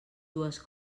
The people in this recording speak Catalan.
dues